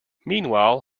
meanwhile